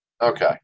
Okay